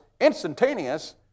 instantaneous